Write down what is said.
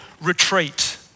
retreat